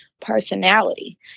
personality